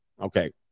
Okay